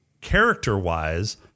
character-wise